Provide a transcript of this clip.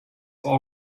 all